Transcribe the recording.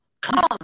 come